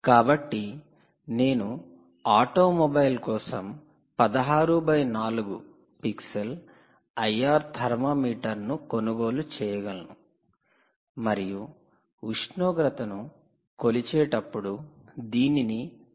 కాబట్టి నేను ఆటోమొబైల్ కోసం 16 × 4 పిక్సెల్ ఐఆర్ థర్మామీటర్ ను కొనుగోలు చేయగలను మరియు ఉష్ణోగ్రతను కొలిచేటప్పుడు దీనిని థర్మామీటర్ అంటారు